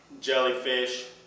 jellyfish